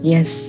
Yes